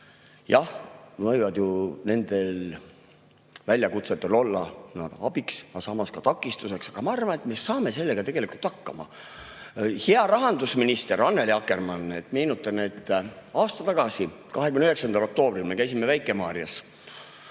nad võivad ju nendel väljakutsetel olla abiks, aga samas ka takistuseks. Aga ma arvan, et me saame sellega tegelikult hakkama. Hea rahandusminister Annely Akkermann! Meenutan, et aasta tagasi 29. oktoobril käisime Väike-Maarjas,